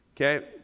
Okay